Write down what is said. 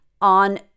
on